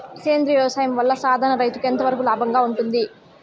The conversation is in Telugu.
సేంద్రియ వ్యవసాయం వల్ల, సాధారణ రైతుకు ఎంతవరకు లాభంగా ఉంటుంది?